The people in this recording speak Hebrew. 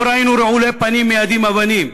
לא ראינו רעולי פנים מיידים אבנים,